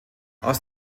aus